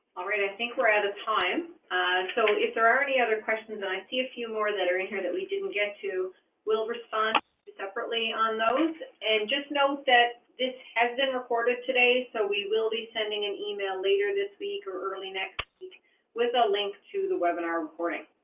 alright i think we're at a time so if there are any other questions and i see a few more that are in here that we didn't get to will respond separately on those and just note that this has been recorded today so we will be sending an email later this week or early next week with a link to the webinar recording